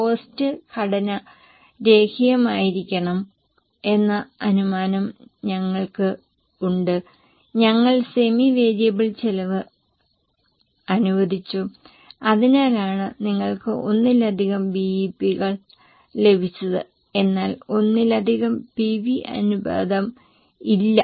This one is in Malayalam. കോസ്ററ് ഘടന രേഖീയമായിരിക്കണം എന്ന അനുമാനം ഞങ്ങൾക്ക് ഉണ്ട് ഞങ്ങൾ സെമി വേരിയബിൾ ചെലവ് അനുവദിച്ചു അതിനാലാണ് നിങ്ങൾക്ക് ഒന്നിലധികം ബിഇപികൾ ലഭിച്ചത് എന്നാൽ ഒന്നിലധികം PV അനുപാതം ഇല്ല